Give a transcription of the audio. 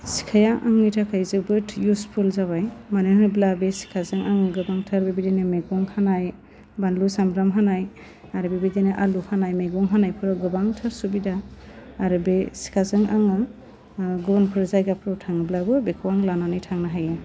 सिखाया आंनि थाखाय जोबोद इउसफुल जाबाय मानो होनोब्ला बे सिखाजों आङो गोबांथार बेबायदिनो मैगं हानाय बानलु सामब्राम हानाय आरो बेबायदिनो आलु हानाय मैगं हानायफोराव गोबांथार सुबिदा आरो बे सिखाजों आङो गुबुनफोर जायगाफ्राव थाङोब्लाबो बेखौ आं लानानै थांनो हायो